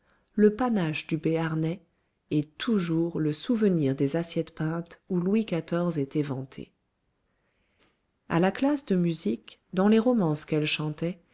le panache du béarnais et toujours le souvenir des assiettes peintes où louis xiv était vanté à la classe de musique dans les romances qu'elle chantait